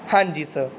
ਹਾਂਜੀ ਸਰ